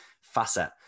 facet